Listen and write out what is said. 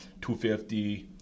250